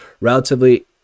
relatively